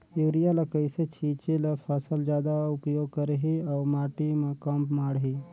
Urea ल कइसे छीचे ल फसल जादा उपयोग करही अउ माटी म कम माढ़ही?